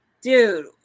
dude